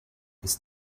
ist